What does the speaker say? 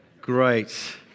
Great